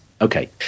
Okay